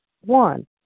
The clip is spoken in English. One